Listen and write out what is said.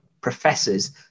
professor's